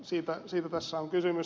siitä tässä on kysymys